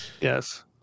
Yes